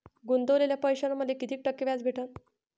गुतवलेल्या पैशावर मले कितीक टक्के व्याज भेटन?